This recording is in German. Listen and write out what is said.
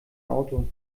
auto